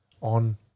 on